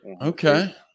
Okay